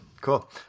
Cool